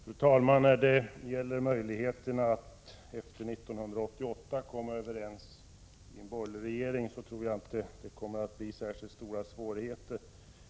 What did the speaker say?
Fru talman! När det gäller möjligheterna att efter 1988 komma överensi en borgerlig regering tror jag inte att det blir särskilt stora svårigheter.